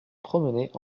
promenait